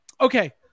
Okay